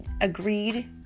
agreed